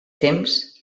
temps